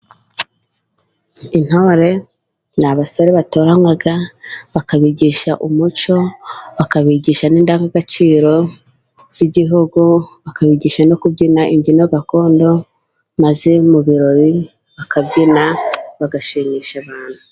Intore ni abasore batoranywa bakabigisha umuco, bakabigisha ni indangagaciro z'igihugu, bakabigisha no kubyina imbyino gakondo, maze mu birori bakabyina bagashimisha abantu.